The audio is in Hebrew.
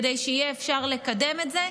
כדי שיהיה אפשר לקדם את זה,